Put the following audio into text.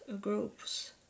groups